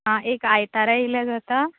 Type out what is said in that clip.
आं एक आयतारा येयल्या जाता